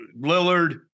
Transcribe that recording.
Lillard